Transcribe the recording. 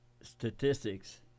statistics